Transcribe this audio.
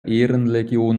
ehrenlegion